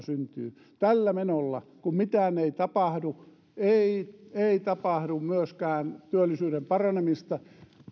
syntyy tällä menolla kun mitään ei tapahdu ei ei tapahdu myöskään työllisyyden paranemista